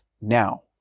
now